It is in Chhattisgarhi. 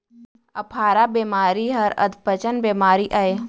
अफारा बेमारी हर अधपचन बेमारी अय